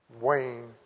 Wayne